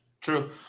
true